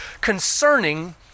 concerning